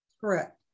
Correct